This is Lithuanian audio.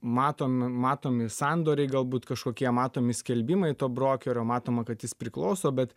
matom matomi sandoriai galbūt kažkokie matomi skelbimai to brokerio matoma kad jis priklauso bet